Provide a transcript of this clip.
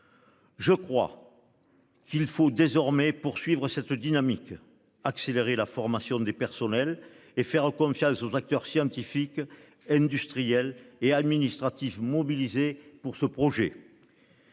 Je crois. Qu'il faut désormais poursuivre cette dynamique accélérer la formation des personnels et faire confiance aux acteurs scientifiques, industriels et administratifs mobilisés pour ce projet.